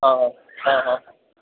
ആ ആ ആ